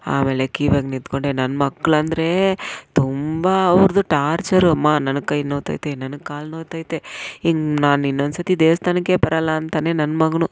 ಆಮೇಲೆ ಕ್ಯೂವಾಗೆ ನಿಂತ್ಕೊಂಡೆ ನನ್ಮಕ್ಕಳೆಂದ್ರೆ ತುಂಬ ಅವ್ರದ್ದು ಟಾರ್ಚರು ಅಮ್ಮ ನನಗೆ ಕೈ ನೋಯ್ತೈತೆ ನನಗೆ ಕಾಲು ನೋಯ್ತೈತೆ ಹಿಂಗೆ ನಾನು ಇನ್ನೊಂದ್ಸರ್ತಿ ದೇವ್ಸ್ಥಾನಕ್ಕೆ ಬರಲ್ಲ ಅಂತಲೇ ನನ್ನ ಮಗನು